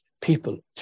people